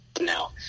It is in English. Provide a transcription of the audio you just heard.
Now